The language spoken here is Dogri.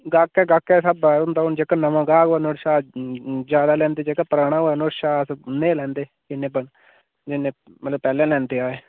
गाह्के गाह्के दा स्हाबा दा होंदा हून जेह्का नमां गाह्क होऐ नोह्ड़े शा ज्यादा लैंदे जेह्का पराना होऐ नोह्ड़े शा उन्ने गै लैंदे जिन्ने बनन जिन्ने मतलब पैह्ले लैंदे आए